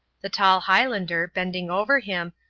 the tall highlander, bending over him,